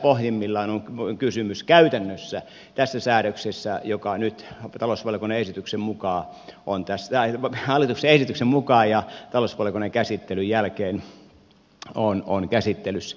tästä pohjimmiltaan on kysymys käytännössä tässä säädöksessä joka nyt on talossa olevan esityksen mukaan on tästä ilman hallituksen esityksen mukaan ja talousvaliokunnan käsittelyn jälkeen on käsittelyssä